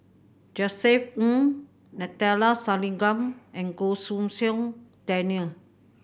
Josef Ng Neila Sathyalingam and Goh Pei Siong Daniel